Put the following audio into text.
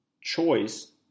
choice